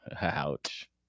Ouch